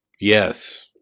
Yes